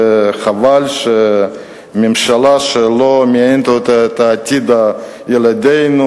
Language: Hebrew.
וחבל שממשלה שלא מעניין אותה עתיד ילדינו